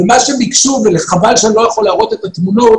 מה שביקשו וחבל שאיני יכול להראות את התמונות